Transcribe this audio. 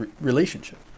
relationship